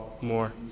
more